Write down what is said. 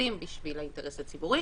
מטורפים בשביל האינטרס הציבורי.